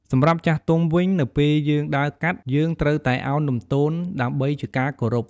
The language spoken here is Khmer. សម្រាប់ចាស់ទុំវិញ នៅពេលយើងដើរកាត់ យើងត្រូវតែឱនលំទោនដើម្បីជាការគោរព។